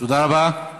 תודה רבה.